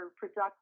productive